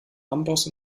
amboss